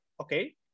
okay